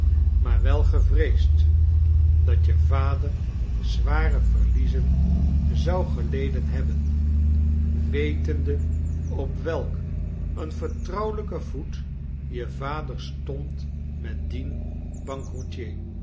maar wel gevreesd dat je vader zware verliezen zou geleden hebben wetende op welk een vertrouwelijken voet je vader stond met dien